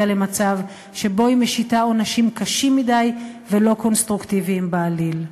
למצב שבו היא משיתה עונשים קשים מדי ולא קונסטרוקטיביים בעליל.